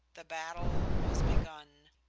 the battle was begun.